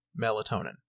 melatonin